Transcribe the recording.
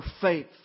faith